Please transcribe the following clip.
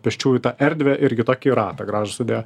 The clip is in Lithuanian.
pėsčiųjų tą erdvę irgi tokį ratą gražų sudėjo